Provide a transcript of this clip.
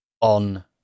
on